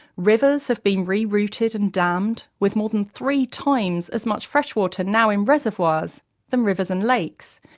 rivers have been rerouted and dammed, with more than three times as much freshwater now in reservoirs than rivers and lakes,